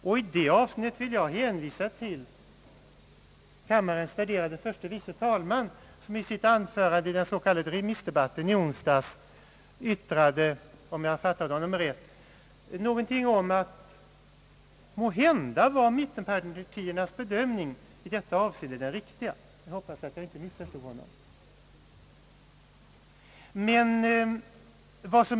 I det avseendet vill jag hänvisa till kammarens värderade förste vice talman som i sitt anförande i den s.k. remissdebatten i onsdags yttrade — om jag förstod honom rätt — att mittenpartiernas bedömning i detta avseende måhända var den riktiga. Jag hoppas att jag inte missförstod honom.